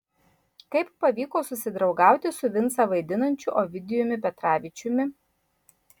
kaip pavyko susidraugauti su vincą vaidinančiu ovidijumi petravičiumi